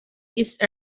ist